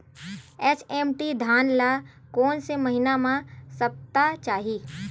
HMT धान ल कोन से महिना म सप्ता चाही?